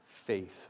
faith